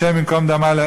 השם ייקום דמם,